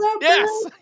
Yes